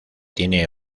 tiene